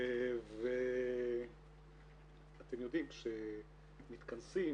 ואתם יודעים, כשמתכנסים